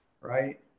right